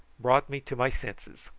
brought me to my senses.